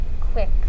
quick